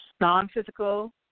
non-physical